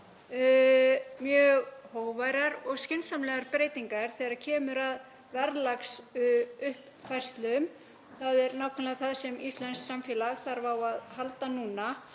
mjög hógværar og skynsamlegar breytingar þegar kemur að verðlagsuppfærslum. Það er nákvæmlega það sem íslenskt samfélag þarf á að halda núna.